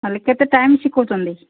ହେଲେ କେତେ ଟାଇମ୍ ଶିଖଉଛନ୍ତି